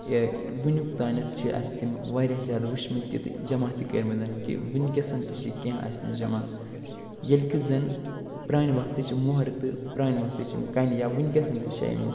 یا وٕنیُک تانٮ۪تھ چھِ اَسہِ تِم وارِیاہ زیادٕ وٕچھمٕتۍ تہِ تہٕ جمع تہِ کٔرمٕتۍ کہِ وٕنۍکٮ۪س تہِ چھِ کیٚنٛہہ اَسہِ نِش جمع ییٚلہِ کہِ زن پرٛانہِ وقتٕچہِ مۄہرٕ تہٕ پرٛانہِ وقتٕچ یِم کَنہِ یا وٕنۍکٮ۪س تہِ چھِ اَمہٕ